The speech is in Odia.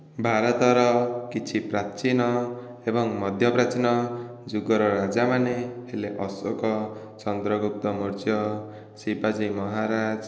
ଭାରତର କିଛି ପ୍ରାଚୀନ ଏବଂ ମଧ୍ୟପ୍ରାଚୀନ ଯୁଗର ରାଜାମାନେ ହେଲେ ଅଶୋକ ଚନ୍ଦ୍ରଗୁପ୍ତ ମୌର୍ଯ୍ୟ ଶିବାଜୀ ମହାରାଜ